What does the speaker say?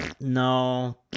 No